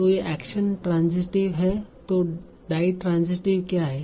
तो यह action transitive है तो डाईट्रांसीटीव क्या है